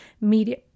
media